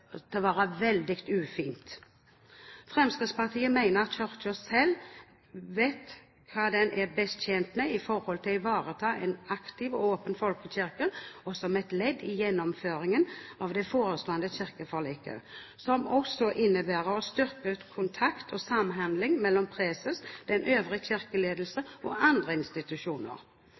å være veldig ufint. Fremskrittspartiet mener at Kirken selv vet hva den er best tjent med når det gjelder å ivareta en aktiv og åpen folkekirke og som et ledd i gjennomføringen av det forestående kirkeforliket, som også innebærer å styrke kontakt og samhandling mellom preses, den øvrige kirkeledelsen og andre institusjoner.